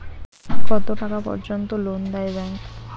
কত টাকা পর্যন্ত লোন দেয় ব্যাংক?